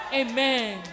amen